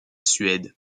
suède